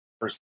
first